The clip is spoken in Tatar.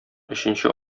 өченче